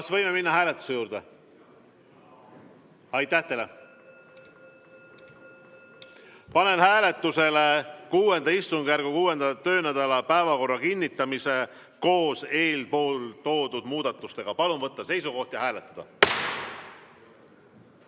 Kas võime minna hääletuse juurde? Aitäh teile! Panen hääletusele VI istungjärgu 6. töönädala päevakorra kinnitamise koos eelmärgitud muudatustega. Palun võtta seisukoht ja hääletada!